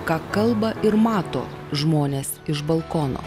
ką kalba ir mato žmonės iš balkono